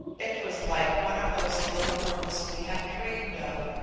it was like one of those little rooms we had dreamed of.